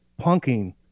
punking